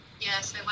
Yes